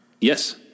Yes